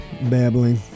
babbling